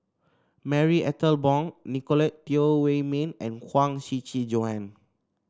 Marie Ethel Bong Nicolette Teo Wei Min and Huang Shiqi Joan